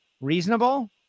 reasonable